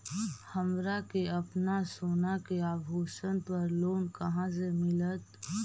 हमरा के अपना सोना के आभूषण पर लोन कहाँ से मिलत?